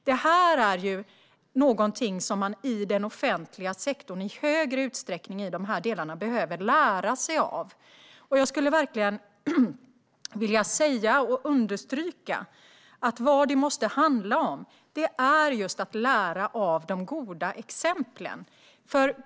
Detta är någonting man i den offentliga sektorn behöver lära sig av i större utsträckning. Jag skulle verkligen vilja understryka att vad det måste handla om är att lära av de goda exemplen.